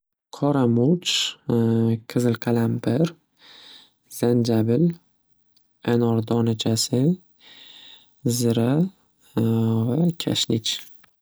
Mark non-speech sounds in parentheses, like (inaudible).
Qora murch, (hesitation) qizil qalampir, zanjabil, anor donachasi, zira (hesitation) va kashnich.